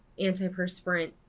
antiperspirant